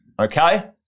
okay